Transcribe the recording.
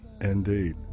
Indeed